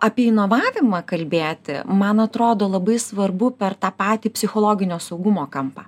apie inovavimą kalbėti man atrodo labai svarbu per tą patį psichologinio saugumo kampą